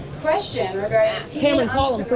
question regarding and call em,